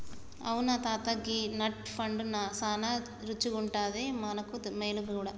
అవును తాత గీ నట్ పండు సానా రుచిగుండాది మనకు మేలు గూడా